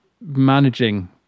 managing